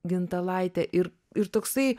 gintalaitę ir ir toksai